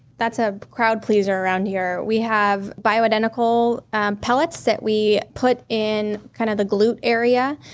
that's a crowd pleaser around here. we have bio-identical pellets that we put in kind of the glut area,